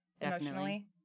emotionally